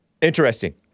Interesting